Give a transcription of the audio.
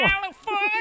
California